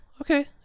okay